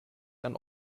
ein